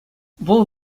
вӑл